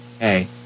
Hey